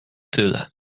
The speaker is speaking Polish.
tyle